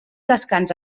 descans